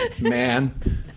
man